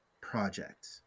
project